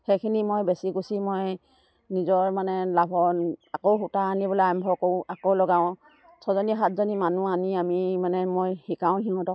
সেইখিনি মই বেচি কুচি মই নিজৰ মানে লাভৰ আকৌ সূতা আনিবলৈ আৰম্ভ কৰোঁ আকৌ লগাওঁ ছজনী সাতজনী মানুহ আনি আমি মানে মই শিকাওঁ সিহঁতক